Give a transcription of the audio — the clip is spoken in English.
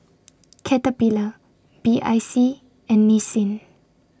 Caterpillar B I C and Nissin